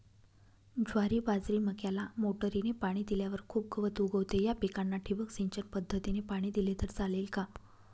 ज्वारी, बाजरी, मक्याला मोटरीने पाणी दिल्यावर खूप गवत उगवते, या पिकांना ठिबक सिंचन पद्धतीने पाणी दिले तर चालेल का?